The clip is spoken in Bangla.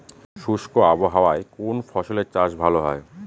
শুষ্ক আবহাওয়ায় কোন ফসলের চাষ ভালো হয়?